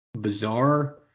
bizarre